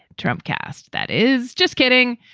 trump cast. that is just kidding.